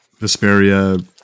Vesperia